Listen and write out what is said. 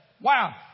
wow